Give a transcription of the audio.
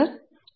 833 సరే